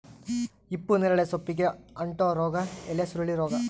ಹಿಪ್ಪುನೇರಳೆ ಸೊಪ್ಪಿಗೆ ಅಂಟೋ ರೋಗ ಎಲೆಸುರುಳಿ ರೋಗ